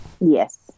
Yes